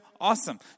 awesome